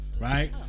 right